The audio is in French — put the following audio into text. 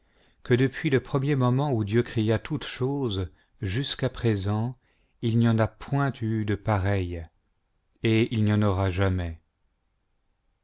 que depuis le premier moment où dieu créa toutes choses jusqu'à présent il n'y en a point eu de pareille et il n'y en aura jamais